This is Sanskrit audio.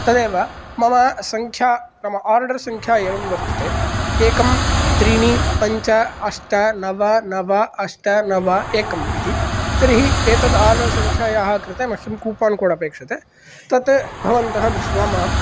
तदेव मम संख्या नाम ओर्डर् संख्या एवं वर्तते एकं त्रीणि पञ्च अष्ट नव नव अष्ट नव एकम् इति तर्हि एतद् ओर्डर् संख्यायाः कृते मह्यं कूपोन् कोड् वर्तते तत् भवन्तः दृष्ट्वा मां